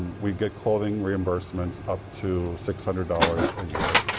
we get clothing reimbursements up to six hundred dollars a year.